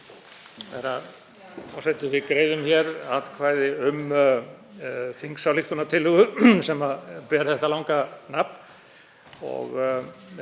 forseti. Við greiðum hér atkvæði um þingsályktunartillögu sem ber þetta langa nafn og við